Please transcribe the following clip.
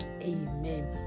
amen